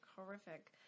horrific